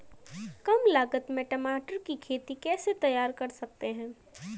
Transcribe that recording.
कम लागत में टमाटर की खेती कैसे तैयार कर सकते हैं?